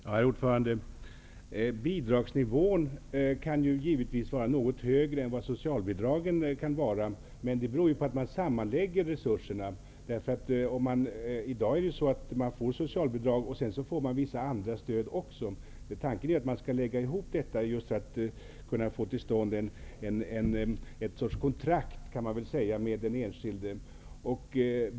Herr talman! Bidragsnivån kan givetvis vara något högre än socialbidragen. Men det beror på att resurserna sammanläggs. I dag får ju människor socialbidrag. Vidare får de vissa andra stöd. Tanken är att man skall lägga ihop dessa just för att kunna få till stånd en sorts kontrakt med den enskilde.